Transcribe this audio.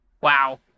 Wow